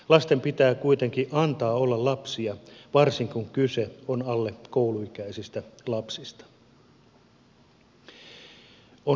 lasten pitää kuitenkin antaa olla lapsia varsinkin kun kyse on alle kouluikäisistä lapsista